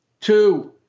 two